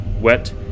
wet